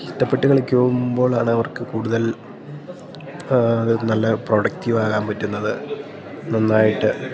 ഇഷ്ടപ്പെട്ട് കളിക്കുമ്പോഴാണവർക്ക് കൂടുതൽ അത് നല്ല പ്രൊഡക്റ്റീവാകാൻ പറ്റുന്നത് നന്നായിട്ട്